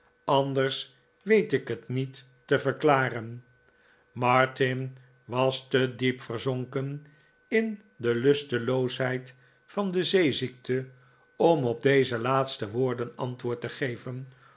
anders weet ik het niet te verklaren martin was te diep verzonken in de lusteloosheid van de zeeziekte om op deze laatste woorden antwoord te geven